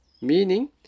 Meaning